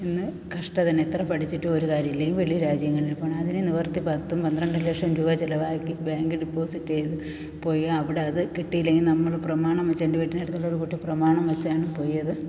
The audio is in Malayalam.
ഇന്ന് കഷ്ടം തന്നെ എത്ര പഠിച്ചിട്ടും ഒരു കാര്യവുമില്ല ഇല്ലെങ്കിൽ വെളിയിൽ രാജ്യങ്ങളിൽ പോകണം അതിന് നിവർത്തി പത്തും പന്ത്രണ്ടും ലക്ഷം രൂപ ചിലവാക്കി ബാങ്ക് ഡിപ്പോസിറ്റ് ചെയ്തു പോയാൽ അവിടെ അത് കിട്ടിയില്ലെങ്കിൽ നമ്മൾ പ്രമാണം വച്ചു എൻ്റെ വീട്ടിന് അടുത്തുള്ള ഒരു കുട്ടി പ്രമാണം വച്ചാണ് പോയത്